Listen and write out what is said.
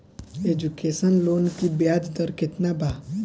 Education loan की ब्याज दर केतना बा?